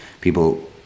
people